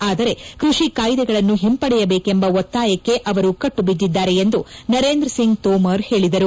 ಆದರೆ ಕೃಷಿ ಕಾಯ್ದೆಗಳನ್ನು ಹಿಂಪಡೆಯಬೇಕೆಂಬ ಒತ್ತಾಯಕ್ಕೆ ಅವರು ಕಟ್ಲು ಬಿದ್ದಿದ್ದಾರೆ ಎಂದು ನರೇಂದ್ರಸಿಂಗ್ ತೋಮರ್ ಹೇಳಿದರು